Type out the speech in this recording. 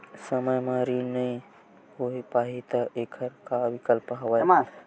समय म ऋण नइ हो पाहि त एखर का विकल्प हवय?